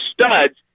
studs